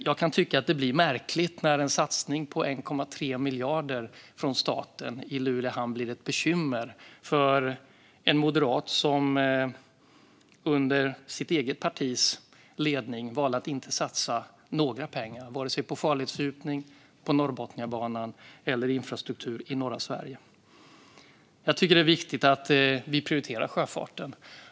Jag kan tycka att det blir märkligt när en satsning på 1,3 miljarder från staten på Luleå hamn blir ett bekymmer för en moderat. Under ledamotens eget partis ledning valde man ju att inte satsa några pengar vare sig på farledsfördjupning, på Norrbotniabanan eller på annan infrastruktur i norra Sverige. Jag tycker att det är viktigt att vi prioriterar sjöfarten.